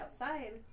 outside